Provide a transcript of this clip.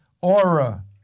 aura